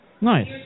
Nice